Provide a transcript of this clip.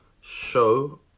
show